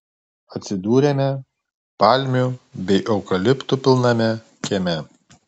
atsidūrėme palmių bei eukaliptų pilname kieme